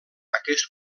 aquest